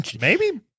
Maybe-